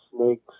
snakes